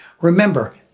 Remember